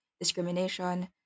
discrimination